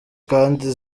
kandi